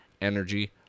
energy